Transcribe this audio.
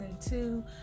two